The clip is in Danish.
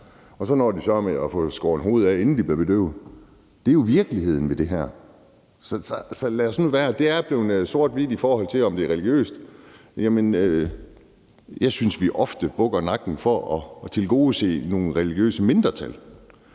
og så får de sørme skåret hovedet af, inden de bliver bedøvet. Det er jo virkeligheden i det her. Det er blevet sort-hvidt, i forhold til om det er religiøst. Jeg synes, vi ofte bukker nakken for at tilgodese nogle religiøse mindretal.